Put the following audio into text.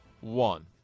one